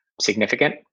significant